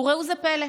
וראו זה פלא,